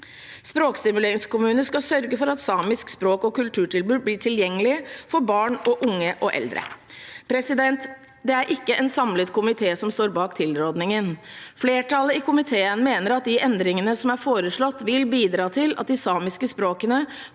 Språkstimuleringskommuner skal sørge for at et samisk språk- og kulturtilbud blir tilgjengelig for barn, unge og eldre. Det er ikke en samlet komité som står bak tilrådingen. Flertallet i komiteen mener at de endringene som er foreslått, vil bidra til at de samiske språkene